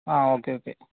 ആ okay okay